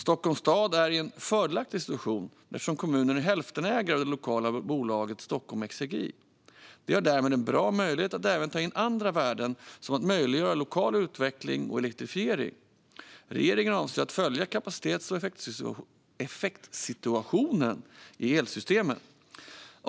Stockholms stad är i en fördelaktig situation, eftersom kommunen är hälftenägare av det lokala bolaget Stockholm Exergi. De har därmed en bra möjlighet att även ta in andra värden som att möjliggöra lokal utveckling och elektrifiering. Regeringen avser att följa kapacitets och effektsituationen i elsystemet.